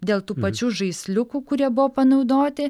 dėl tų pačių žaisliukų kurie buvo panaudoti